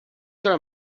soll